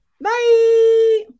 Bye